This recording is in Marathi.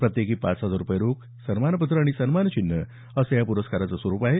प्रत्येकी पाच हजार रूपये रोख सन्मानपत्रसन्मानचिन्ह असं या पुरस्काराचं स्वरुप आहे